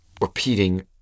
repeating